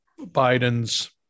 Biden's